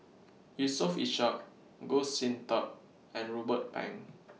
Yusof Ishak Goh Sin Tub and Ruben Pang